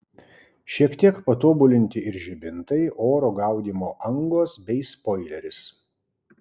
šiek tiek patobulinti ir žibintai oro gaudymo angos bei spoileris